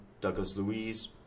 Douglas-Louise